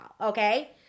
okay